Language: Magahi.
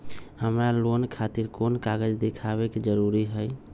हमरा लोन खतिर कोन कागज दिखावे के जरूरी हई?